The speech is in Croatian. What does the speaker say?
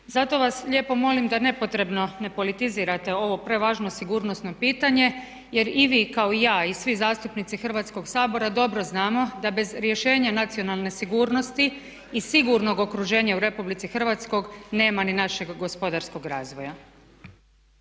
Zato vas lijepo molim da nepotrebno ne politizirate ovo prevažno sigurnosno pitanje jer i vi kao i ja i svi zastupnici Hrvatskoga sabora dobro znamo da bez rješenja nacionalne sigurnosti i sigurnog okruženja u Republici Hrvatskoj nema ni našeg gospodarskog razvoja.